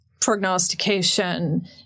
prognostication